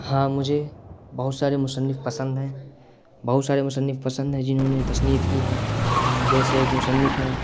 ہاں مجھے بہت سارے مصنف پسند ہیں بہت سارے مصنف پسند ہیں جنہوں نے تصنیف کی ہے جیسے ایک مصنف ہیں